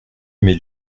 mais